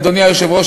אדוני היושב-ראש,